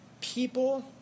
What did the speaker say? people